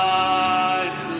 eyes